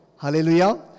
Hallelujah